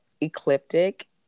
ecliptic